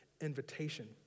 invitation